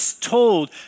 told